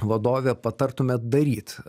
vadovė patartumėt daryt